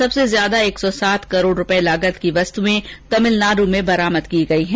सबसे ज्यादा एक सौ सात करोड़ रुपये लागत की वस्तुएं तमिलनाडु में बरामद की गई हैं